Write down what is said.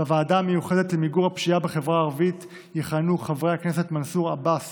בוועדה המיוחדת למיגור הפשיעה בחברה הערבית יכהנו חברי הכנסת מנסור עבאס